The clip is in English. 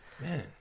man